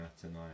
tonight